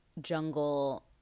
jungle